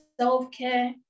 self-care